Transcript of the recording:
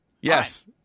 Yes